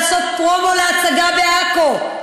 כדי לעשות פרומו להצגה בעכו.